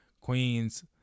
queens